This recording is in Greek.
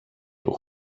του